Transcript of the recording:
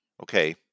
okay